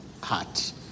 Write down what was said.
heart